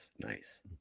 Nice